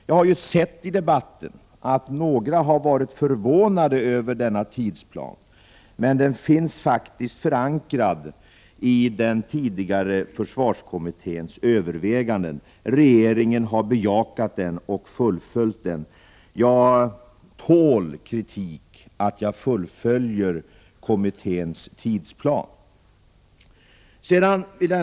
Jag har sett att några har varit förvånade över denna tidsplan, men den är förankrad i den tidigare försvarskommitténs överväganden. Regeringen har bejakat den och fullföljt den. Jag tål kritik för att jag fullföljer kommitténs tidsplan.